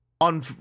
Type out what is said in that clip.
on